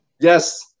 Yes